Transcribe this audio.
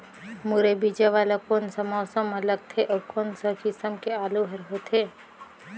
मुरई बीजा वाला कोन सा मौसम म लगथे अउ कोन सा किसम के आलू हर होथे?